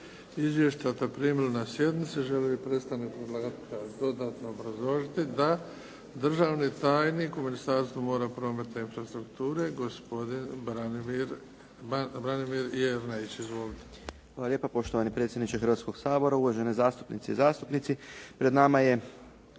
Izvješća ste primili na sjednici. Želi li predstavnik predlagatelje dodatno obrazložiti? Da. Državni tajnik u Ministarstvu mora, prometa i infrastrukture gospodin Branimir Jerneić. Izvolite. **Jerneić, Branimir** Hvala lijepo poštovani predsjedniče Hrvatskog sabora. Uvažene zastupnice i zastupnici. Pred nama je